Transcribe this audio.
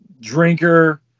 drinker